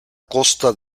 costa